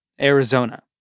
Arizona